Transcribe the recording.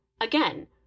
Again